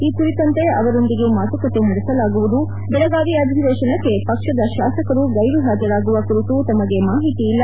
ಈ ಕುರಿತಂತೆ ಅವರೊಂದಿಗೆ ಮಾತುಕತೆ ನಡೆಸಲಾಗುವುದು ಬೆಳಗಾವಿ ಅಧಿವೇಶನಕ್ಕೆ ಪಕ್ಷದ ಶಾಸಕರು ಗೈರು ಹಾಜರಾಗುವ ಕುರಿತು ತಮಗೆ ಮಾಹಿತಿ ಇಲ್ಲ